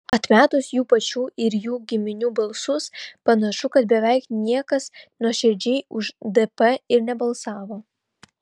atmetus jų pačių ir jų giminių balsus panašu kad beveik niekas nuoširdžiai už dp ir nebalsavo